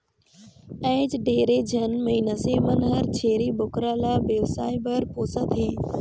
आयज ढेरे झन मइनसे मन हर छेरी बोकरा ल बेवसाय बर पोसत हें